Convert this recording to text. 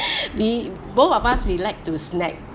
we both of us we like to snake